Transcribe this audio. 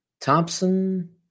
Thompson